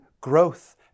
growth